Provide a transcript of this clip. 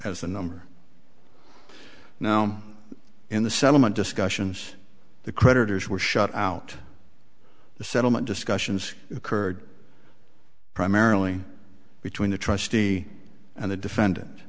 as the number now in the settlement discussions the creditors were shut out the settlement discussions occurred primarily between the trustee and the defendant